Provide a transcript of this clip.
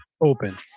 open